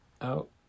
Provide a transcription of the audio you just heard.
Out